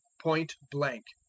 point blank.